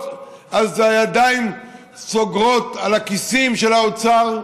אז הידיים סוגרות על הכיסים של האוצר,